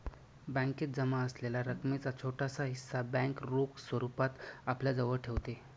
बॅकेत जमा असलेल्या रकमेचा छोटासा हिस्सा बँक रोख स्वरूपात आपल्याजवळ ठेवते